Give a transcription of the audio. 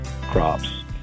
crops